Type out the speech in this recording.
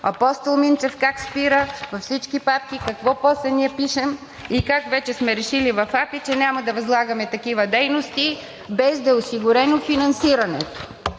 Апостол Минчев как спира, във всички папки какво после ние пишем и как вече сме решили в АПИ, че няма да възлагаме такива дейности, без да е осигурено финансиране.